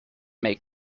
make